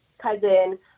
cousin